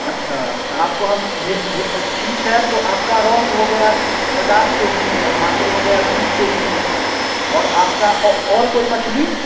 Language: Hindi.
अच्छा तो आपको हम ठीक है तो आपकी रोहू हो गई पचास के जी और भाकुड़ हो गई बीस के जी और आपका और और कोई मछली